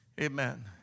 Amen